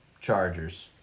Chargers